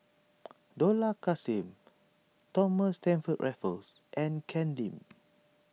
Dollah Kassim Thomas Stamford Raffles and Ken Lim